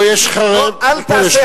פה יש חרם ופה יש חרם.